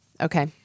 Okay